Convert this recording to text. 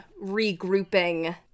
regrouping